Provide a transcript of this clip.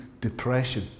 depression